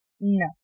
No